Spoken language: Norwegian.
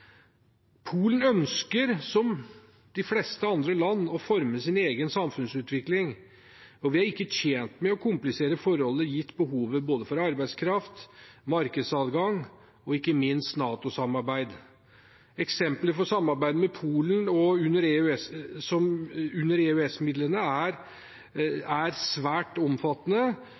Polen ønsker, som de fleste andre land, å forme sin egen samfunnsutvikling, og vi er ikke tjent med å komplisere forholdet gitt behovet for både arbeidskraft, markedsadgang og ikke minst NATO-samarbeid. Eksempler på samarbeid med Polen under